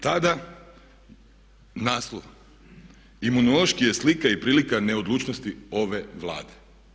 Tada naslov: „Imunološki je slika i prilika neodlučnosti ove Vlade“